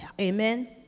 amen